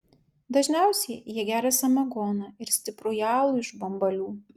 dažniausiai jie geria samagoną ir stiprųjį alų iš bambalių